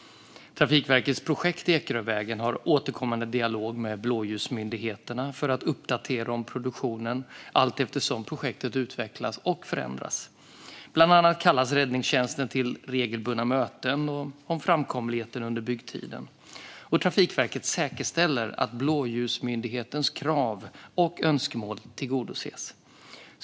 Trafikverkets projekt Ekerövägen har återkommande dialog med blåljusmyndigheterna för att uppdatera om produktionen allteftersom projektet utvecklas och förändras. Bland annat kallas räddningstjänsten till regelbundna möten om framkomligheten under byggtiden. Trafikverket säkerställer att blåljusmyndighetens krav och önskemål tillgodoses.